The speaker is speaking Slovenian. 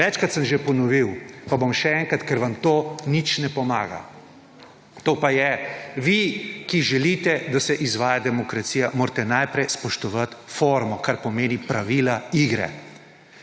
Večkrat sem že ponovil, pa bom še enkrat, ker vam to nič ne pomaga. To pa je, vi, ki želite, da se izvaja demokracija, morate najprej spoštovati formo, kar pomeni pravila igre.